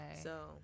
So-